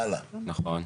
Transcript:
הלאה, הלאה.